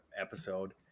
episode